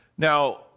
Now